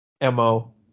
MO